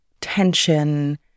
tension